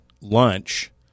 lunch